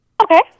Okay